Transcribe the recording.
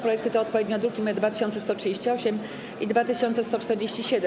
Projekty to odpowiednio druki nr 2138 i 2147.